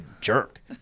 jerk